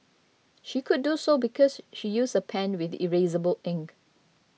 she could do so because she used a pen with erasable ink